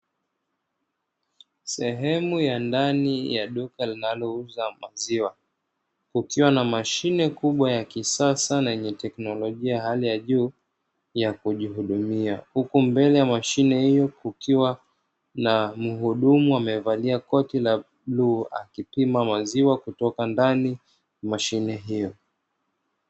Sehemu ya ndani ya duka linalouza maziwa kukiwa na mashine kubwa ya kisasa na yenye teknolojia hali ya juu ya kujihudumia, huku mbele ya mashine hiyo kukiwa na mhudumu amevalia koti na bluu akipima maziwa kutoka ndani mashine hiyo.